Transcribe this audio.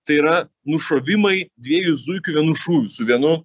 tai yra nušovimai dviejų zuikių vienu šūviu su vienu